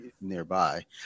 nearby